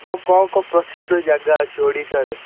ମୋ କ'ଣ କ'ଣ ପ୍ରସିଦ୍ଧ ଜାଗା ଅଛି ଓଡ଼ିଶାରେ